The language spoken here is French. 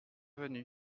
venu